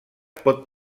pot